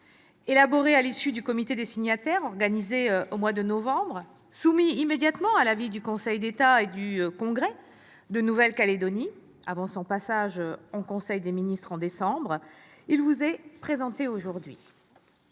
Élaboré à l'issue du comité des signataires organisé au mois de novembre, soumis immédiatement à l'avis du Conseil d'État et du congrès de la Nouvelle-Calédonie, avant son passage en conseil des ministres en décembre, il vous est présenté aujourd'hui.